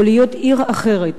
או להיות עיר אחרת,